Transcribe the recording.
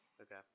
Okay